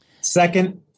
Second